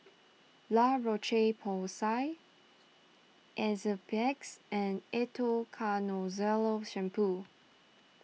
La Roche Porsay Enzyplex and Ketoconazole Shampoo